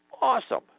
awesome